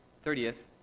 thirtieth